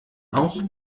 auch